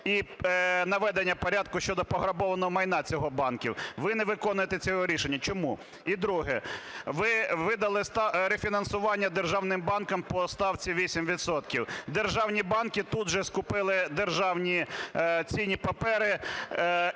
і наведення порядку щодо пограбованого майна цих банків. Ви не виконуєте цього рішення. Чому? І друге. Ви видали рефінансування державним банкам по ставці 8 відсотків. Державні банки тут же скупили державні цінні папери